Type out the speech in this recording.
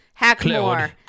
Hackmore